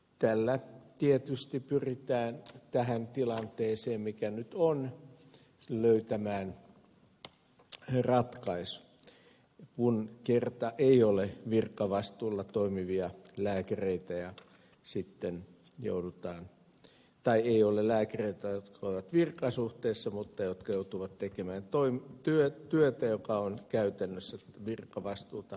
tällä tietysti pyritään tähän tilanteeseen mikä nyt on löytämään ratkaisu kun kerran ei ole lääkäreitä ja sitten joulutään tai ei ole lääkkeitä jotka ovat virkasuhteessa mutta he joutuvat tekemään työtä joka on käytännössä virkavastuuta vaativaa